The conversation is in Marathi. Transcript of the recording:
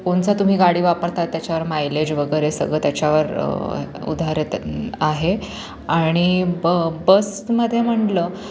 कोणता तुम्ही गाडी वापरता त्याच्यावर मायलेज वगैरे सगळं त्याच्यावर उधारेत आहे आणि बसमध्ये म्हटलं